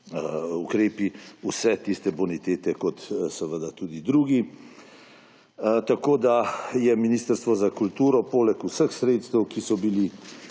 ukrepi vse tiste bonitete kot tudi drugi. Tako je Ministrstvo za kulturo poleg vseh sredstev, ki so bila